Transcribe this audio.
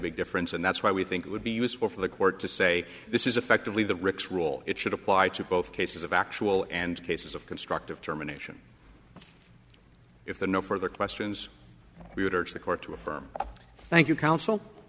big difference and that's why we think it would be useful for the court to say this is effectively the ricks rule it should apply to both cases of actual and cases of constructive germination if the no further questions we would urge the court to affirm thank you counsel